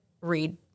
read